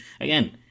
again